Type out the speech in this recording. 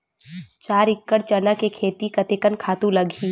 चार एकड़ चना के खेती कतेकन खातु लगही?